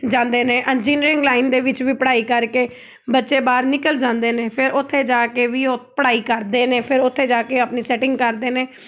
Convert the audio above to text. ਜਾਂਦੇ ਨੇ engineering line ਦੇ ਵਿੱਚ ਵੀ ਪੜ੍ਹਾਈ ਕਰਕੇ ਬੱਚੇ ਬਾਹਰ ਨਿਕਲ ਜਾਂਦੇ ਨੇ ਫਿਰ ਉੱਥੇ ਜਾ ਕੇ ਵੀ ਉਹ ਪੜ੍ਹਾਈ ਕਰਦੇ ਨੇ ਫਿਰ ਉੱਥੇ ਜਾ ਕੇ ਆਪਣੀ ਸੈਟਿੰਗ ਕਰਦੇ ਨੇ